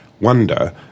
wonder